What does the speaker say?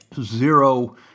zero